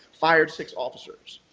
fired six officers,